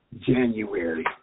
January